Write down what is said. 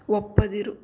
ಒಪ್ಪದಿರು